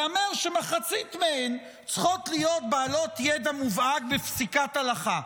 ייאמר שמחצית מהן צריכות להיות בעלות ידע מובהק בפסיקת הלכה.